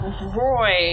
Roy